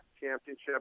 championship